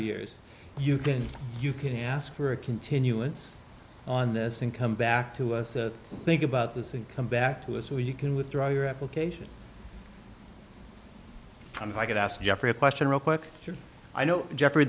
years you can you can ask for a continuance on this and come back to us to think about this and come back to us when you can withdraw your application i could ask jeffrey a question real quick i know je